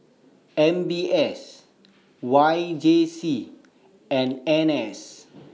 M B S Y J C and N S